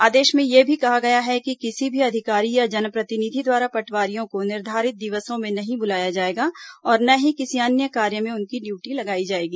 आदेश में यह भी कहा गया है कि किसी भी अधिकारी या जनप्रतिनिधि द्वारा पटवारियों को निर्धारित दिवसों में नहीं बुलाया जाएगा और न ही किसी अन्य कार्य में उनकी ड्यूटी लगाई जाएगी